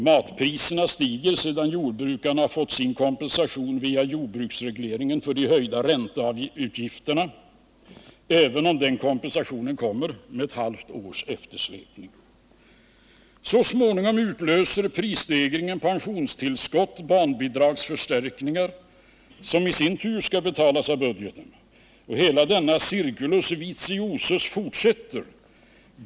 Matpriserna stiger sedan jordbrukarna fått sin kompensation via jordbruksregleringen för höjningen av ränteutgifterna, även om den kompensationen kommer med ett halvt års eftersläpning. Så småningom utlöser prisstegringen pensionstillskott och barnbidragsförstärkningar, som i sin tur skall betalas över budgeten. Hela denna circulus vitiosus fortsätter.